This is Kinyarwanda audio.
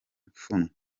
pfunwe